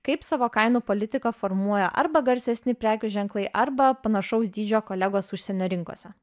kaip savo kainų politiką formuoja arba garsesni prekių ženklai arba panašaus dydžio kolegos užsienio rinkose